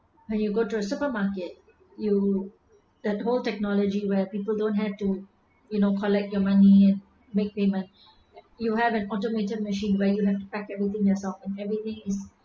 when you go to a supermarket you that whole technology where people don't have to you know collect your money and make payment you'll have an automated machine where you have pack everything yourself and everything is